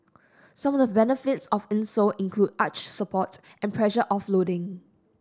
some of the benefits of insole include arch support and pressure offloading